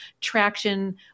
traction